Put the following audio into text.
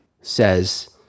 says